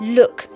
look